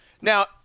Now